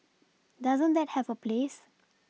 doesn't that have a place